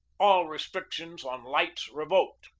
all restric tions on lights revoked,